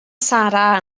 sara